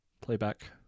Playback